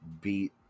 beat